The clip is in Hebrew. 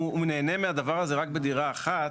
הוא נהנה מהדבר הזה רק בדירה אחת,